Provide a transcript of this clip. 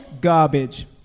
Garbage